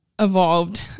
evolved